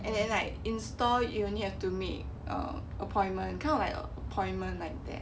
and then like install you only have to me or appointment kind of like a appointment like that